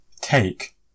Take